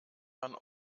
man